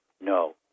no